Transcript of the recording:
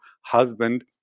husband